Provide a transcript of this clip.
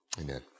Amen